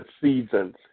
seasons